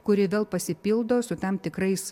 kuri vėl pasipildo su tam tikrais